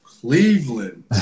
Cleveland